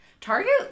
Target